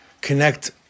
connect